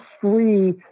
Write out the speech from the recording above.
free